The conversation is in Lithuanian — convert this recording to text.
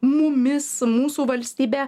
mumis mūsų valstybe